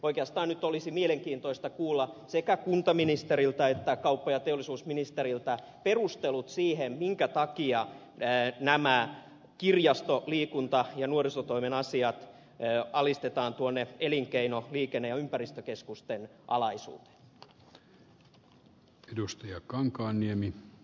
oikeastaan nyt olisi mielenkiintoista kuulla sekä kuntaministeriltä että kauppa ja teollisuusministeriltä perustelut siihen minkä takia kirjasto liikunta ja nuorisotoimen asiat alistetaan elinkeino liikenne ja ympäristökeskusten alaisuuteen